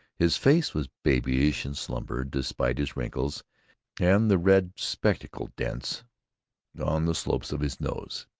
his face was babyish in slumber, despite his wrinkles and the red spectacle-dents on the slopes of his nose.